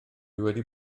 wedi